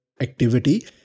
activity